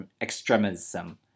extremism